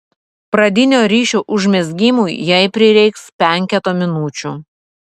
pradinio ryšio užmezgimui jai prireiks penketo minučių